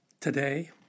today